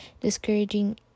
discouraging